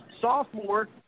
sophomore